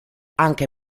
anche